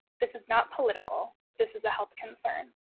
this is not political, this is a health concern.